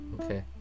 Okay